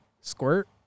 Squirt